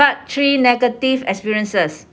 part three negative experiences